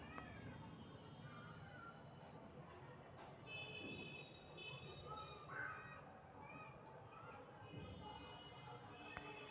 मुक्त श्रेणी स्थान परती जमिन रखल जाइ छइ जहा माल मवेशि खुलल में अप्पन मोन से घुम कऽ चरलक